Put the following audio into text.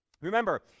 Remember